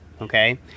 okay